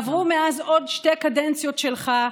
עברו מאז עוד שתי קדנציות שלך,